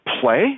play